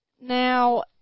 Now